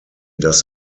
dass